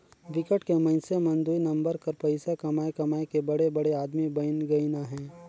बिकट के मइनसे मन दुई नंबर कर पइसा कमाए कमाए के बड़े बड़े आदमी बइन गइन अहें